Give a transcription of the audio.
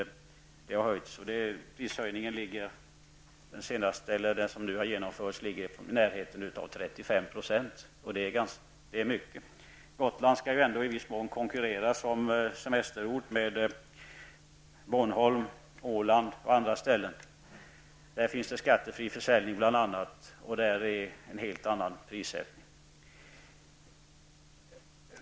Den prishöjning som nu har genomförts ligger i närheten av 35 %, och det är mycket. Gotland skall ju ändå i viss mån konkurrera som semesterort med Bornholm, Åland och andra ställen där det bl.a. finns skattefri försäljning och där det är en helt annan prissättning.